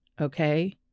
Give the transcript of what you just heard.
okay